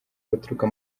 baturuka